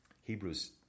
Hebrews